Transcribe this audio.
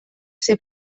ser